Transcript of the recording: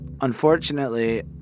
unfortunately